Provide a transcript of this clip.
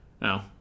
no